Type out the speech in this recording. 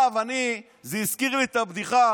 זה הזכיר לי את הבדיחה,